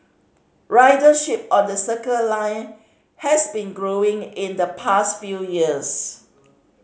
ridership on the Circle Line has been growing in the past few years